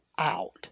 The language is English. out